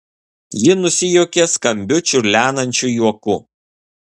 ji nusijuokė skambiu čiurlenančiu juoku